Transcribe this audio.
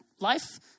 life